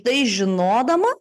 tai žinodama